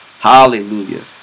Hallelujah